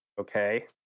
okay